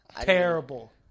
terrible